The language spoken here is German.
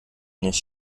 nicht